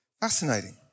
Fascinating